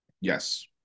Yes